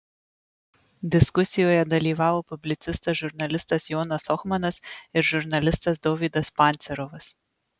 diskusijoje dalyvavo publicistas žurnalistas jonas ohmanas ir žurnalistas dovydas pancerovas